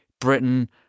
Britain